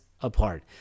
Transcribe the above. apart